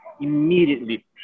immediately